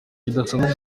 kidasanzwe